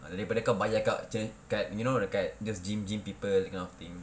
daripada kau bayar kat macam you know dekat just gym gym people that kind of thing